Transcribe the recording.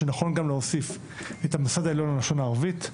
שנכון גם להוסיף את המוסד העליון ללשון הערבית,